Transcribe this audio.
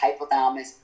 hypothalamus